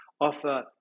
offer